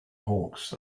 hawks